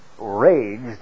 Raged